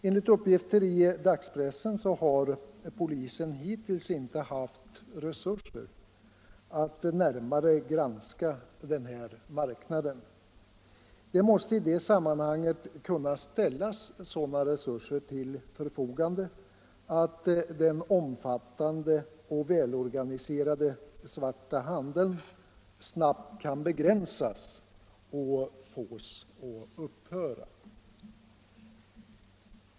Enligt uppgifter i dagspressen har polisen hittills inte haft resurser att närmare granska den här marknaden. Men det måste i detta sammanhang kunna ställas sådana resurser till förfogande att den omfattande och välorganiserade svarta handeln snabbt kan begränsas och fås att upphöra.